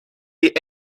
die